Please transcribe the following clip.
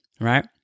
Right